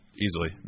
easily